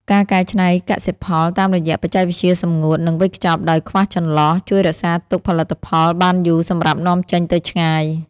ការកែច្នៃកសិផលតាមរយៈបច្ចេកវិទ្យាសម្ងួត និងវេចខ្ចប់ដោយខ្វះចន្លោះ ជួយរក្សាទុកផលិតផលបានយូរសម្រាប់នាំចេញទៅឆ្ងាយ។